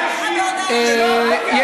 סליחה,